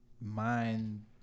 Mind